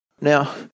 Now